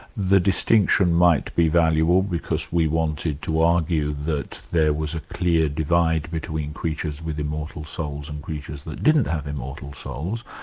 the distinction might be valuable because we wanted to argue that there was a clear divide between creatures with immortal souls and creatures that didn't have immortal souls.